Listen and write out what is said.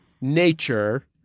nature